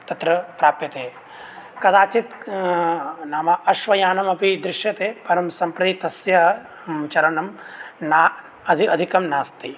तत्र प्राप्यते कदाचित् नाम अश्वयानम् अपि दृश्यते परं सम्प्रति तस्य चरणं न अधिकं नास्ति